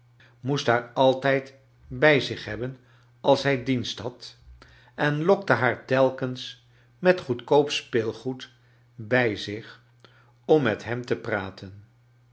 moest haar altijd bij zich hebben als hij diensi had en lokte haar telkens met goedkoop speelgoed bij zich om met hem te praten